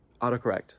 autocorrect